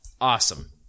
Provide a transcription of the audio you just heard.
awesome